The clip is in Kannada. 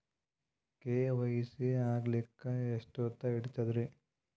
ಕೆ.ವೈ.ಸಿ ಆಗಲಕ್ಕ ಎಷ್ಟ ಹೊತ್ತ ಹಿಡತದ್ರಿ?